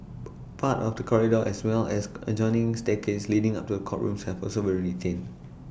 part of the corridor as well as adjoining staircase leading up to the courtrooms have also been retained